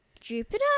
Jupiter